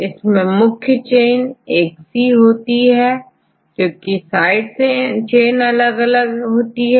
इसमें मुख्य चेन एक सी होती है जबकि साइड चेन अलग होती है